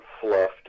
fluffed